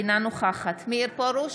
אינה נוכחת מאיר פרוש,